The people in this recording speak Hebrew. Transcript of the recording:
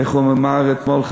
איך הוא אמר אתמול,